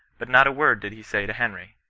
but not a word did he say to henry.